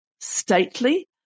stately